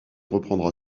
reprendra